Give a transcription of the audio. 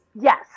Yes